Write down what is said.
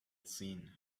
seen